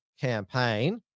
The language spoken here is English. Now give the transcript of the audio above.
campaign